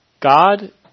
God